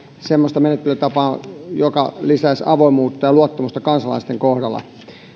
semmoista menettelytapaa joka lisäisi avoimuutta ja luottamusta kansalaisten kohdalla